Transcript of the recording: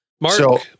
Mark